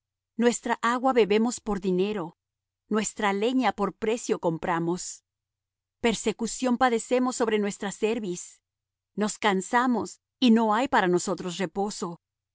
nuestra agua bebemos por dinero nuestra leña por precio compramos persecución padecemos sobre nuestra cerviz nos cansamos y no hay para nosotros reposo